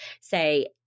say